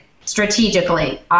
strategically